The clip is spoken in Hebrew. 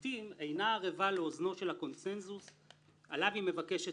לפני שאני אתן למשרד התרבות להציג לנו את התיקון שהוא מבקש,